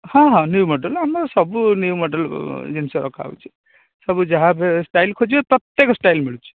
ହଁ ହଁ new model ସବୁ ନ୍ୟୁ ମଡ଼େଲ ଜିନିଷ ରଖା ହେଉଛି ସବୁ ଯାହା ଷ୍ଟାଇଲ ଖୋଜିବେ ପ୍ରତ୍ୟେକ ଷ୍ଟାଇଲ ମିଳୁଛି